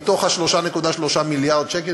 מתוך 3.3 מיליארד השקלים,